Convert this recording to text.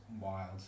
wild